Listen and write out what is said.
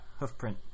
Hoofprint